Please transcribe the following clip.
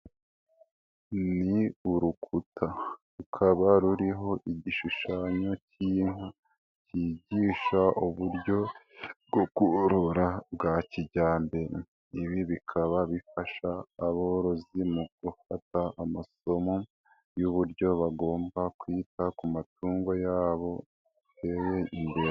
Ni urukuta, rukaba ruriho igishushanyo cy'inka cyigisha uburyo bwo korora bwa kijyambere, ibi bikaba bifasha aborozi mu gufata amasomo y'uburyo bagomba kwita ku matungo yabo ngo batere imbere.